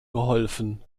geholfen